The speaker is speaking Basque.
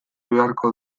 beharko